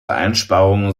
einsparungen